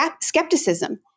skepticism